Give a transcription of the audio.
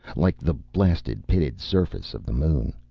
like the blasted, pitted surface of the moon.